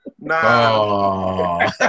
Nah